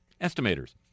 estimators